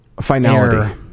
finality